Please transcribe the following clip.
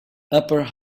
upper